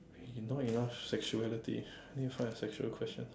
you know enough sexuality need to find a sexual question